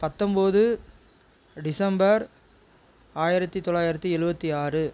பத்தம்போது டிசம்பர் ஆயிரத்தி தொள்ளாயிரத்தி எழுவத்தி ஆறு